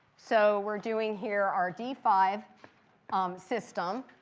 so we're doing here our d five system.